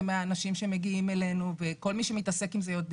מהאנשים שמגיעים אלינו וכל מי שמתעסק עם זה יודע